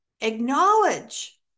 acknowledge